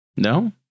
No